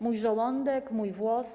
Mój żołądek mój włos/